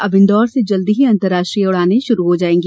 अब इन्दौर से जल्दी ही अंतराष्ट्रीय उड़ाने शुरू हो सकेंगी